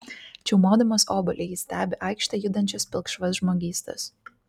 čiaumodamas obuolį jis stebi aikšte judančias pilkšvas žmogystas